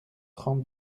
trente